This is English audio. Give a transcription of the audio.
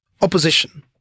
opposition